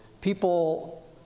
People